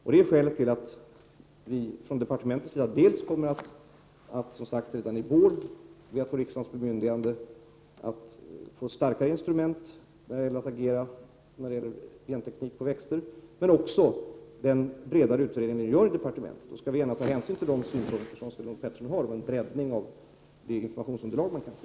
Detta är skälet till att vi, som sagt, från departementets sida redan i vår kommer att be att få riksdagens bemyndigande att få ett starkare instrument när det gäller att agera beträffande genteknik i fråga om växter. Det gäller också den bredare utredning som görs inom departementet. Vi skall gärna ta hänsyn till Sven-Olof Peterssons synpunkter beträffande en breddning av det informationsunderlag som man kan få.